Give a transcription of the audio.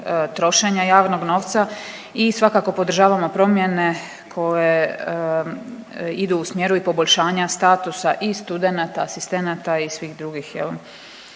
trošenja javnog novca i svakako podržavamo promjene koje idu u smjeru i poboljšanja statusa i studenata i asistenata i svih drugih